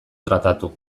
tratatu